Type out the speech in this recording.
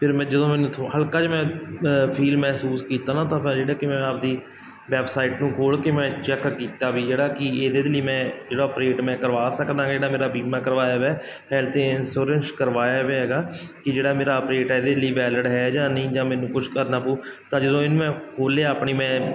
ਫਿਰ ਮੈਂ ਜਦੋਂ ਮੈਨੂੰ ਥੋੜ੍ਹਾ ਹਲਕਾ ਜਿਹਾ ਮੈਂ ਫੀਲ ਮਹਿਸੂਸ ਕੀਤਾ ਨਾ ਤਾਂ ਆਪਾਂ ਜਿਹੜਾ ਕਿ ਮੈਂ ਆਪਦੀ ਵੈਬਸਾਈਟ ਨੂੰ ਖੋਲ੍ਹ ਕੇ ਮੈਂ ਚੈੱਕ ਕੀਤਾ ਵੀ ਜਿਹੜਾ ਕਿ ਇਹਦੇ ਲਈ ਮੈਂ ਜਿਹੜਾ ਅਪਰੇਟ ਮੈਂ ਕਰਵਾ ਸਕਦਾ ਜਿਹੜਾ ਮੇਰਾ ਬੀਮਾ ਕਵਾਇਆ ਵੇ ਹੈ ਹੈਲਥ ਇੰਸ਼ੋਰੈਂਸ ਕਰਵਾਇਆ ਵੇ ਹੈਗਾ ਕਿ ਜਿਹੜਾ ਮੇਰਾ ਅਪਰੇਟ ਹੈ ਇਹਦੇ ਲਈ ਵੈਲਿਡ ਹੈ ਜਾਂ ਨਹੀਂ ਜਾਂ ਮੈਨੂੰ ਕੁਛ ਕਰਨਾ ਪਊ ਤਾਂ ਜਦੋਂ ਇਹਨੂੰ ਮੈਂ ਖੋਲ੍ਹਿਆ ਆਪਣੀ ਮੈਂ